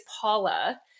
Paula